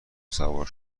سوار